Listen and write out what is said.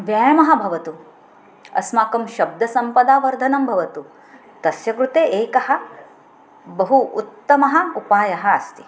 व्यायामः भवतु अस्माकं शब्दसम्पदः वर्धनं भवतु तस्य कृते एकः बहु उत्तमः उपायः अस्ति